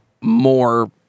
more